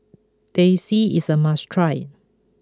Teh C is a must try